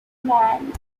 england